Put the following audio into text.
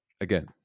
again